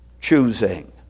choosing